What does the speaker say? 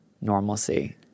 normalcy